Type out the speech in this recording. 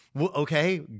okay